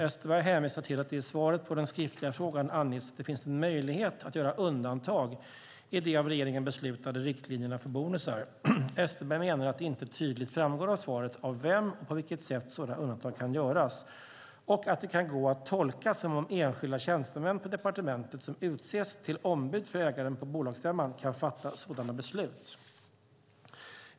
Österberg hänvisar till att det i svaret på den skriftliga frågan anges att det finns en möjlighet att göra undantag i de av regeringen beslutade riktlinjerna för bonusar. Österberg menar att det inte tydligt framgår av svaret av vem och på vilket sätt sådana undantag kan göras och att det kan gå att tolka som om enskilda tjänstemän på departementet, som utses till ombud för ägaren på bolagsstämman, kan fatta sådana beslut.